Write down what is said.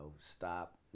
stop